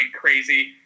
crazy